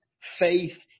faith